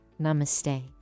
namaste